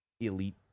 elite